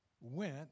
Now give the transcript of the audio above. went